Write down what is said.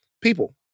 People